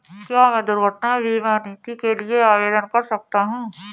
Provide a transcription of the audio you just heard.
क्या मैं दुर्घटना बीमा नीति के लिए आवेदन कर सकता हूँ?